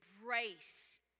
embrace